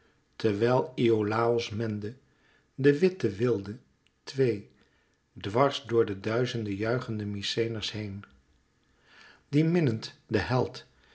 terwijl iolàos mende de witte wilde twee dwars door de duizende juichende mykenæërs heen die minnend den held